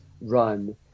run